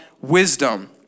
wisdom